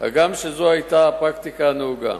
הגם שזו היתה הפרקטיקה הנהוגה.